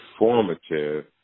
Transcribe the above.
informative